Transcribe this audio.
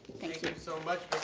thank you so much,